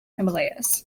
himalayas